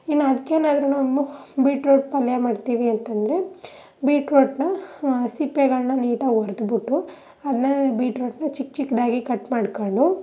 ಇನ್ನೂ ಅದಕ್ಕೇನಾದ್ರುನು ಮು ಬೀಟ್ರೋಟ್ ಪಲ್ಯ ಮಾಡ್ತೀವಿ ಅಂತ ಅಂದ್ರೆ ಬೀಟ್ರೋಟ್ನ ಸಿಪ್ಪೆಗಳನ್ನ ನೀಟಾಗಿ ಒರೆದ್ಬಿಟ್ಟು ಅದನ್ನ ಬೀಟ್ರೋಟ್ನ ಚಿಕ್ಕ ಚಿಕ್ಕದಾಗಿ ಕಟ್ ಮಾಡ್ಕೊಂಡು